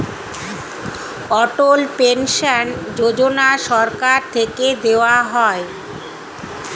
অটল pension Yojana সরকার থেকে দেওয়া হয়